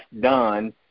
done